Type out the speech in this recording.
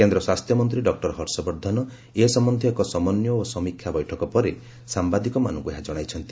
କେନ୍ଦ୍ର ସ୍ୱାସ୍ଥ୍ୟମନ୍ତ୍ରୀ ଡକ୍ଟର ହର୍ଷବର୍ଦ୍ଧନ ଏ ସମ୍ପନ୍ଧୀୟ ଏକ ସମନ୍ୱୟ ଓ ସମୀକ୍ଷା ବୈଠକ ପରେ ସାମ୍ବାଦିକମାନଙ୍କୁ ଏହା ଜଣାଇଛନ୍ତି